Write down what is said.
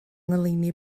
ngoleuni